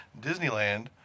Disneyland